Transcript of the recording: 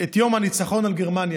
את יום הניצחון על גרמניה,